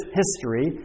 history